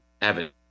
evidence